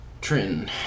Trenton